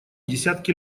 десятки